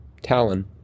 Talon